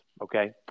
okay